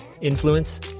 influence